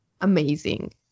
Amazing